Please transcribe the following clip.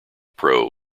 pro